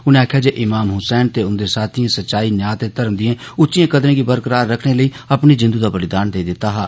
उनें आखेआ जे इमाम हुसैन ते उंदे साथिएं सच्चाई न्याऽ ते घर्म दिएं उच्चिएं कदरें गी बरकरार रक्खने लेई अपनी जिंदू दा बलिदान देई दित्ता हा